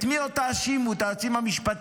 את מי עוד תאשימו, את היועצים המשפטיים?